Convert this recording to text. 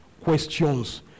questions